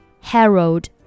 Harold